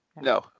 No